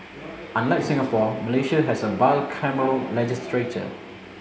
unlike Singapore Malaysia has a bicameral legislature